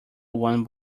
one